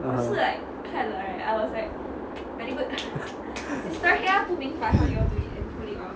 (uh huh)